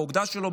באוגדה שלו,